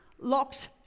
locked